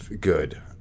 Good